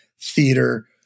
theater